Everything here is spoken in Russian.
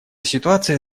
ситуация